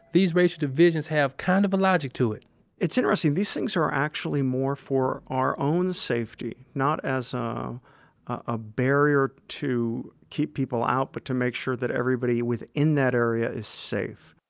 these racial divisions have kind of a logic to it it's interesting. these things are actually more for our own safety, not as um a barrier to keep people out, but to make sure that everybody within that area is safe.